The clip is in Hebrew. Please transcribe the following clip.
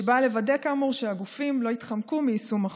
שבאה לוודא כאמור שהגופים לא יתחמקו מיישום החוק.